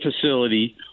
facility –